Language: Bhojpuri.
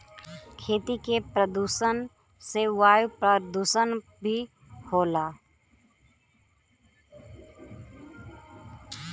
खेती के प्रदुषण से वायु परदुसन भी होला